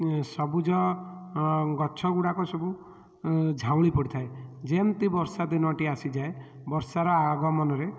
ସବୁଜ ଗଛଗୁଡ଼ାକ ସବୁ ଝାଉଁଳି ପଡ଼ିଥାଏ ଯେମତି ବର୍ଷା ଦିନଟି ଆସିଯାଏ ବର୍ଷାର ଆଗମନରେ